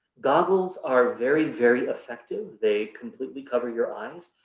goggles are very, very effective. they completely cover your eyes.